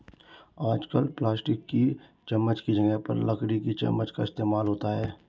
आजकल प्लास्टिक की चमच्च की जगह पर लकड़ी की चमच्च का इस्तेमाल होता है